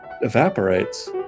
evaporates